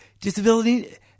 disability